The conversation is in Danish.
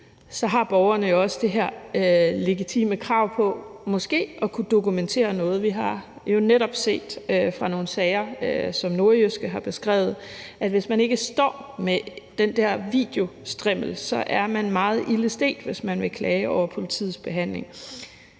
har borgerne også det her legitime krav på måske at kunne dokumentere noget. Vi har jo netop set fra nogle sager, som Nordjyske har beskrevet, at hvis man ikke står med den der videostrimmel, er man meget ilde stedt, hvis man vil klage over politiets behandling.